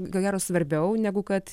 ko gero svarbiau negu kad